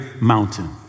mountain